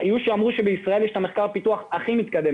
היו ואמרו שבישראל יש את המחקר ופיתוח הכי מתקדם